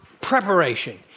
preparation